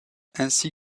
ainsi